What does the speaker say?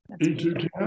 E210